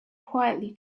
quietly